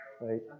Right